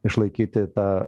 išlaikyti tą